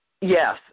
Yes